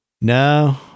no